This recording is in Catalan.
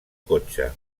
cotxe